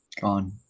gone